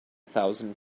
thousand